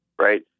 Right